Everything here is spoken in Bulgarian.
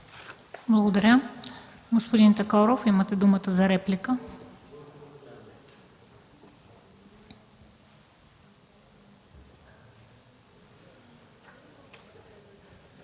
Благодаря. Господин Такоров, имате думата за реплика.